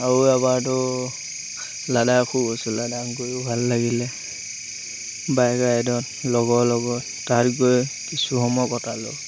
আৰু এবাৰতো লদাখ গৈছোঁ লাদাখ গৈয়ো ভাল লাগিলে বাইক ৰাইডত লগৰ লগৰ তাৰ গৈ কিছু সময় কটালোঁ